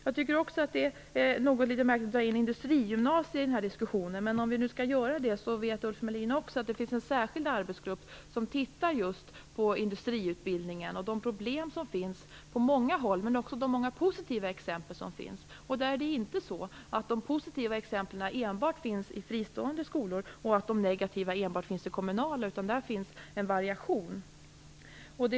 Jag tycker också att det är litet märkligt att dra in frågan om industrigymnasiet i diskussionen. Om vi nu skall göra det vet Ulf Melin också att det finns en särskild arbetsgrupp som tittar på just industriutbildningen och de problem som finns på många håll, men också de många positiva exempel som finns. Det är inte så att de positiva exemplen enbart finns i fristående skolor och de negativa enbart i kommunala, utan det finns en variation.